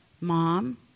Mom